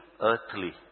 earthly